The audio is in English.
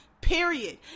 period